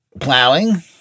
plowing